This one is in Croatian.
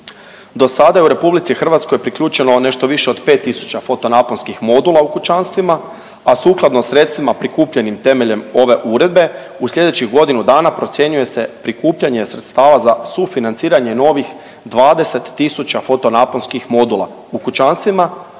Do sada je u Republici Hrvatskoj priključeno nešto više od 5000 foto naponskih modula u kućanstvima, a sukladno sredstvima prikupljenim temeljem ove uredbe u sljedećih godinu dana procjenjuje se prikupljanje sredstava za sufinanciranje novih 20 000 foto naponskih modula u kućanstvima